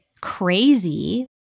crazy